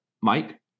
Mike